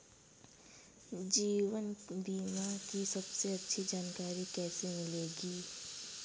जीवन बीमा की सबसे अच्छी जानकारी कैसे मिलेगी?